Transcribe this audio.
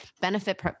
benefit